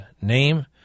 name